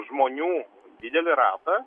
žmonių didelį ratą